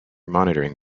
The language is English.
monitoring